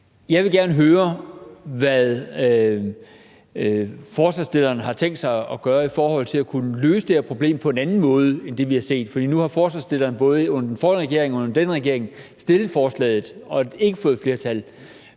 Jeg vil gerne høre, hvad forslagsstillerne har tænkt sig at gøre for at kunne løse det her på en anden måde end det, vi har set. For nu har forslagsstillerne både under den forrige regering og under denne regering fremsat forslaget og ikke fået flertal.